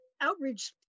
outreach